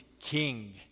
king